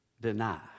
deny